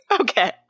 Okay